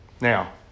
Now